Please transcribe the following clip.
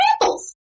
samples